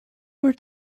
word